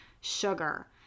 sugar